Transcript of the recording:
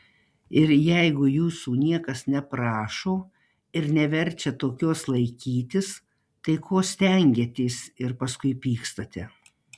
ir jeigu jūsų niekas neprašo ir neverčia tokios laikytis tai ko stengiatės ir paskui pykstate